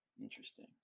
Interesting